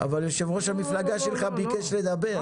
אבל יושב ראש המפלגה שלך ביקש לדבר.